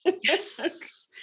Yes